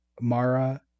Mara